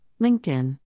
LinkedIn